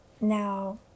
Now